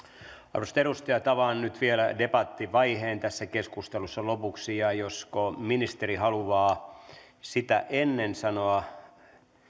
arvoisat edustajat avaan nyt vielä lopuksi debattivaiheen tässä keskustelussa ja josko ministeri haluaa sitä ennen jotakin sanoa